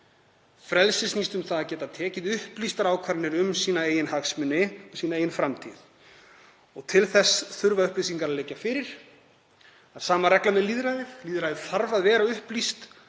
Frelsið snýst um að geta tekið upplýstar ákvarðanir um eigin hagsmuni, eigin framtíð og til þess þurfa upplýsingarnar að liggja fyrir. Það er sama regla með lýðræðið. Það þarf að vera upplýst.